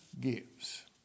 gives